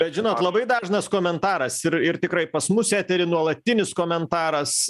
bet žinot labai dažnas komentaras ir ir tikrai pas mus etery nuolatinis komentaras